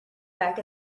back